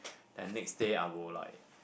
and next day I will like